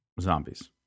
zombies